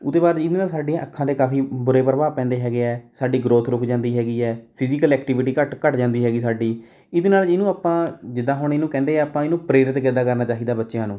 ਉਹ ਤੋਂ ਬਾਅਦ ਜਿਹਦੇ ਨਾਲ ਸਾਡੀਆਂ ਅੱਖਾਂ 'ਤੇ ਕਾਫੀ ਬੁਰੇ ਪ੍ਰਭਾਵ ਪੈਂਦੇ ਹੈਗੇ ਹੈ ਸਾਡੀ ਗਰੋਥ ਰੁਕ ਜਾਂਦੀ ਹੈਗੀ ਹੈ ਫਿਜੀਕਲ ਐਕਟੀਵਿਟੀ ਘੱਟ ਘੱਟ ਜਾਂਦੀ ਹੈਗੀ ਸਾਡੀ ਇਹਦੇ ਨਾਲ ਜਿਹਨੂੰ ਆਪਾਂ ਜਿੱਦਾਂ ਹੁਣ ਇਹਨੂੰ ਕਹਿੰਦੇ ਹੈ ਆਪਾਂ ਇਹਨੂੰ ਪ੍ਰੇਰਿਤ ਕਿੱਦਾਂ ਕਰਨਾ ਚਾਹੀਦਾ ਬੱਚਿਆਂ ਨੂੰ